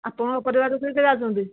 ଆପଣଙ୍କ ପରିବାରରୁ କିଏ କିଏ ଯାଉଛନ୍ତି